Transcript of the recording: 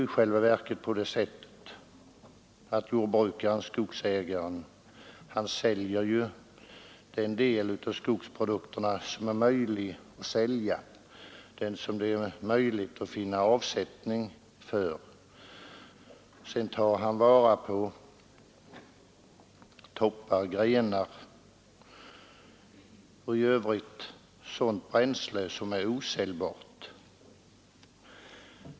I regel går det ju så till att jordbrukaren-skogsägaren säljer den del av skogsprodukterna som det är möjligt att finna avsättning för. Sedan tar han vara på toppar och grenar och i övrigt sådant bränsle som är osäljbart.